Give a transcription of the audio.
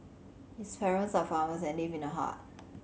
his parents are farmers and live in a hut